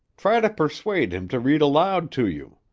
try to persuade him to read aloud to you.